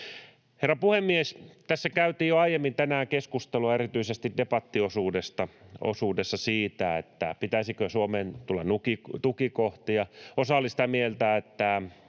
Herra puhemies! Tässä käytiin jo aiemmin tänään keskustelua, erityisesti debattiosuudessa, siitä, pitäisikö Suomeen tulla tukikohtia. Osa oli sitä mieltä, että